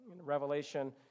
Revelation